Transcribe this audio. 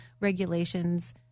regulations